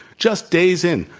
just days in,